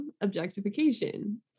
objectification